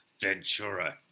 Ventura